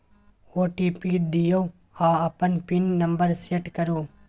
OTP दियौ आ अपन पिन नंबर सेट करु